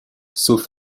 sauf